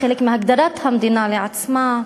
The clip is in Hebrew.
חלק מהגדרת המדינה לעצמה,